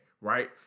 right